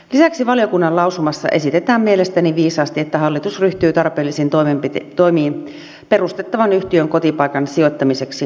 lisäksi valiokunnan lausumassa esitetään mielestäni viisaasti että hallitus ryhtyy tarpeellisiin toimiin perustettavan yhtiön kotipaikan sijoittamiseksi rovaniemelle